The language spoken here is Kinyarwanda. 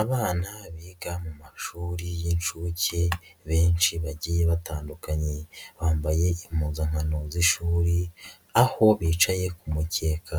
Abana biga mu mashuri y'inshuke, benshi bagiye batandukanye. Bambaye impugakano z'ishuri, aho bicaye ku mukeka.